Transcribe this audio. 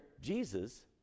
Jesus